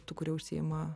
tų kurie užsiima